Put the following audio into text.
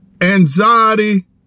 Anxiety